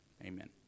Amen